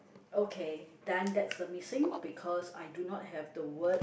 okay done that's a missing because I do not have the word